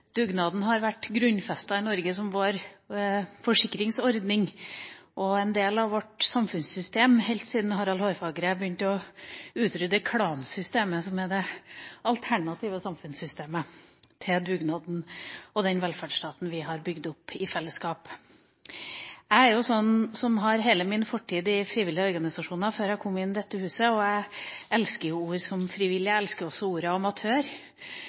Dugnaden har vært grunnfestet i Norge som vår forsikringsordning og en del av vårt samfunnssystem helt siden Harald Hårfagre begynte å utrydde klansystemet, som er det alternative samfunnssystemet til dugnaden og den velferdsstaten vi har bygget opp i fellesskap. Jeg har hele min fortid i frivillige organisasjoner før jeg kom inn i dette huset, og jeg elsker ord som